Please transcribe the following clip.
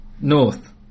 North